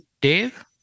Dave